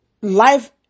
life